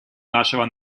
нашего